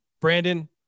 brandon